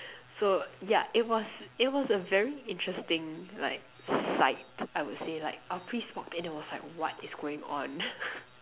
so yeah it was it was a very interesting like sight I would say like our priest walked in and was like what is going on